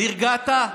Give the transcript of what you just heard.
נרגעת?